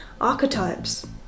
archetypes